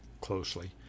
closely